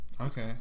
Okay